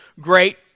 great